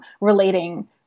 relating